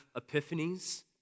epiphanies